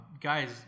Guys